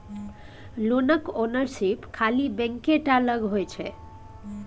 लोनक ओनरशिप खाली बैंके टा लग होइ छै